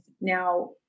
now